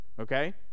Okay